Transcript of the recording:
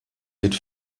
mit